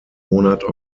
monat